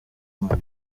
imana